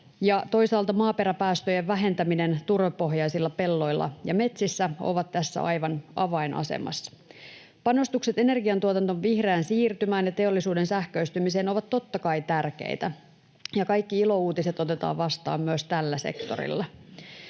toisaalta maaperäpäästöjen vähentäminen turvepohjaisilla pelloilla ja metsissä on tässä aivan avainasemassa. Panostukset energiantuotannon vihreään siirtymään ja teollisuuden sähköistymiseen ovat totta kai tärkeitä, ja kaikki ilouutiset otetaan vastaan myös tällä sektorilla.